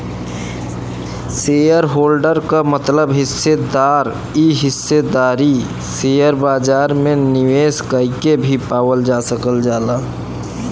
shareholder क मतलब हिस्सेदार इ हिस्सेदारी शेयर बाजार में निवेश कइके भी पावल जा सकल जाला